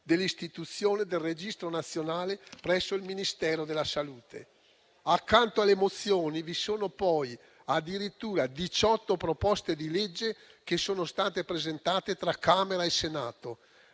dell'istituzione del registro nazionale presso il Ministero della salute. Accanto alle mozioni vi sono poi addirittura diciotto proposte di legge presentate tra Camera e Senato.